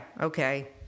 Okay